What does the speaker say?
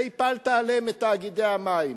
שהפלת עליהן את תאגידי המים,